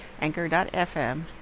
Anchor.fm